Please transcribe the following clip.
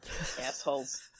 Assholes